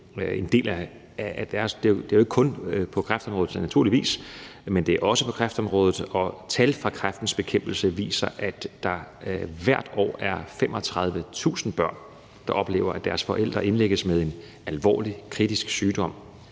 naturligvis ikke kun på kræftområdet, det sker, men det er også på kræftområdet, og tal fra Kræftens Bekæmpelse viser, at der hvert år er 35.000 børn, der oplever, at deres forælder indlægges med en alvorlig kritisk sygdom,